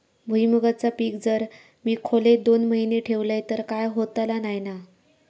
भुईमूगाचा पीक जर मी खोलेत दोन महिने ठेवलंय तर काय होतला नाय ना?